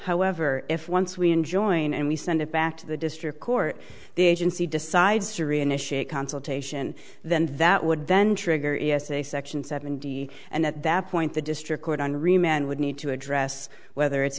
however if once we enjoined and we send it back to the district court the agency decides to reinitiate consultation then that would then trigger a section seven d and at that point the district court on remand would need to address whether it's